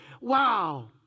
Wow